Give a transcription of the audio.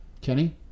Kenny